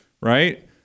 Right